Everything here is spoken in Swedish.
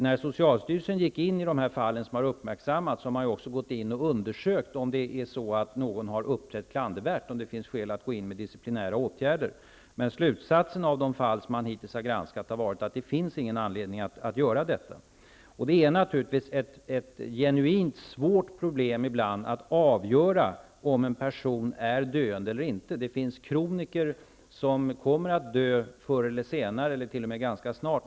När socialstyrelsen har undersökt de uppmärksammade fallen har man även granskat om någon har uppträtt klandervärt och om det finns skäl att vidta disciplinära åtgärder. Men slutsatsen av de fall som hittills har granskats är att det inte har funnits skäl till sådana åtgärder. Det är naturligtvis ibland ett genuint svårt problem att avgöra om en person är döende eller inte. Det finns kroniker som kommer att dö förr eller senare eller t.o.m. ganska snart.